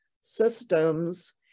systems